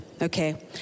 Okay